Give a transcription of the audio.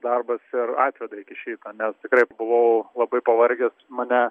darbas ir atveda iki šito nes tikrai buvau labai pavargęs mane